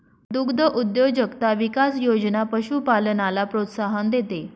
दुग्धउद्योजकता विकास योजना पशुपालनाला प्रोत्साहन देते